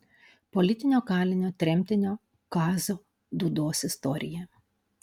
politinio kalinio tremtinio kazio dūdos istorija